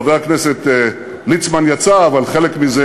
חבר הכנסת ליצמן יצא, אבל חלק מזה,